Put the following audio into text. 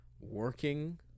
working